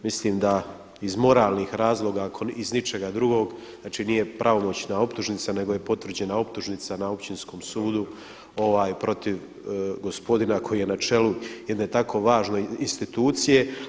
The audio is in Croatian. Mislim da iz moralnih razloga ako iz ničega drugog, znači nije pravomoćna optužnica nego je potvrđena optužnica na općinskom sudu protiv gospodina koji je na čelu jedne tako važne institucije.